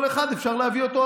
את כל אחד אפשר היה להביא אזוק,